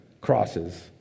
crosses